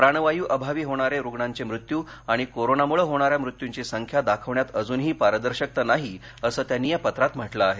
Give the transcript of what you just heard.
प्राणवायू अभावी होणारे रूग्णांचे मृत्यू आणि कोरोनामुळे होणाऱ्या मृत्यूची संख्या दाखवण्यात अजूनही पारदर्शकता नाही अस त्यांनी या पत्रात म्हटलं आहे